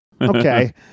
okay